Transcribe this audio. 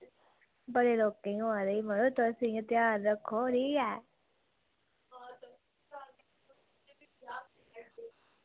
बड़े लोकें गी होआ दा ई मड़ो तुस इ'यां ध्यान रक्खो ठीक ऐ